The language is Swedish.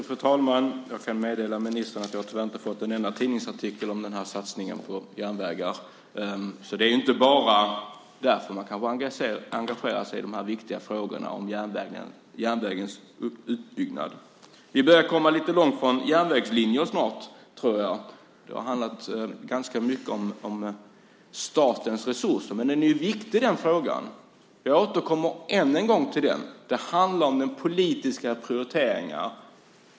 Fru talman! Jag kan meddela ministern att jag inte fått en enda tidningsartikel om satsningen på järnvägar. Det är inte bara därför man ska engagera sig i de viktiga frågor som rör järnvägens utbyggnad. Vi börjar komma långt från järnvägslinjerna i denna debatt, som ganska mycket handlat om statens resurser. Frågan är emellertid viktig. Jag återkommer än en gång till den, för det handlar om politiska prioriteringar.